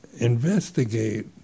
investigate